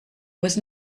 was